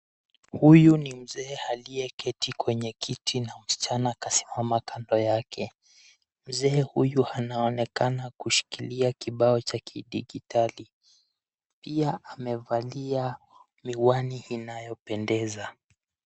Huyu ni mzee aliyeketi kwenye kiti na msichana akaimama kando yake. Mzee huyu anaonekana kushikilia kibao cha kidigitali, pia amevalia miwani inayopendeza.